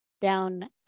down